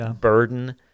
burden